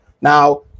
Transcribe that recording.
now